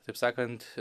taip sakant